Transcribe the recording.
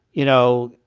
you know,